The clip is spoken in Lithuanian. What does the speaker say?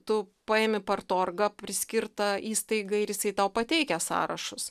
tu paimi partorgą priskirtą įstaigą ir jisai tau pateikia sąrašus